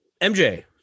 MJ